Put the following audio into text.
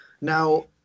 now